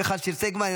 מיכל שיר סגמן,